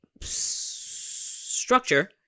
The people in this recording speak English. structure